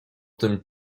tym